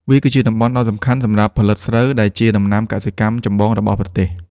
វាគឺជាតំបន់ដ៏សំខាន់សម្រាប់ផលិតស្រូវ ដែលជាដំណាំកសិកម្មចម្បងរបស់ប្រទេស។